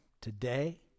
today